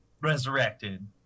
resurrected